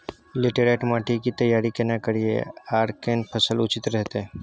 Laterite माटी की तैयारी केना करिए आर केना फसल उचित रहते?